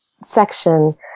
section